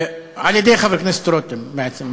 על-ידי חבר הכנסת רותם, בעצם.